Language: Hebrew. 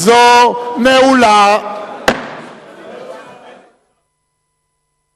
ותעבור לוועדת הכנסת על מנת שהיא תחליט מה